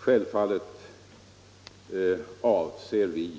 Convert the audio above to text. Självfallet avser vi